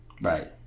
Right